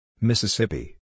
Mississippi